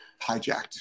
hijacked